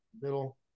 middle